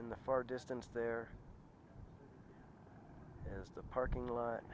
in the far distance there is the parking lot